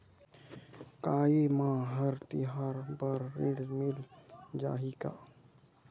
का ये मा हर तिहार बर ऋण मिल जाही का?